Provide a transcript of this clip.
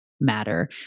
matter